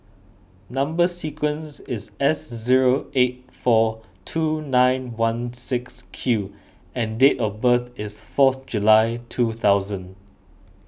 Number Sequence is S zero eight four two nine one six Q and date of birth is fourth July two thousand